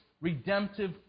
redemptive